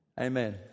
Amen